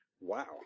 Wow